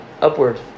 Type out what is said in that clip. upward